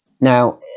Now